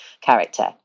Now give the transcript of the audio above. character